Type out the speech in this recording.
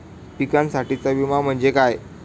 पिकांसाठीचा विमा म्हणजे काय?